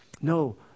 No